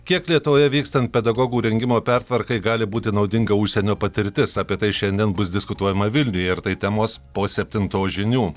kiek lietuvoje vykstant pedagogų rengimo pertvarkai gali būti naudinga užsienio patirtis apie tai šiandien bus diskutuojama vilniuje ir tai temos po septintos žinių